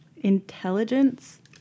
Intelligence